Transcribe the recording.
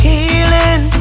Healing